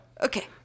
Okay